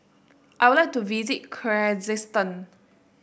I would like to visit Kyrgyzstan